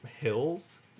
hills